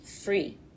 free